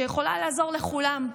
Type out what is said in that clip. שיכולה לעזור לכולם,